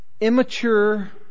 immature